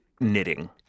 knitting